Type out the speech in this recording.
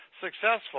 successful